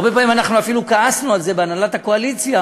הרבה פעמים אנחנו אפילו כעסנו על זה בהנהלת הקואליציה,